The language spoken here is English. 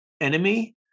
enemy